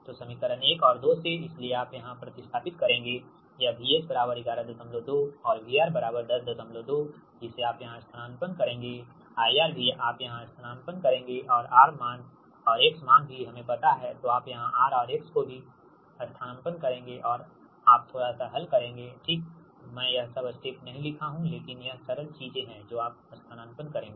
तो समीकरण 1 और 2 से इसलिए आप यहाँ प्रति स्थापित करेंगे यह VS 112 और VR 102 जिसे आप यहाँ स्थानापन्न करेंगे IR भी आप यहाँ स्थानापन्न करेंगे और R मान और X मान भी हमे पता है तो आप यहाँ R और X को भी स्थानापन्न करेंगे और आप थोड़ा सा हल करेंगेठीक मैं यह सब स्टेप नहीं लिखा हुं लेकिन यह सरल चीजें हैं जो आप स्थानापन्न करेंगे